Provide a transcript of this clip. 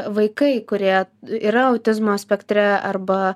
vaikai kurie yra autizmo spektre arba